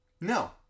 no